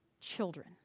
children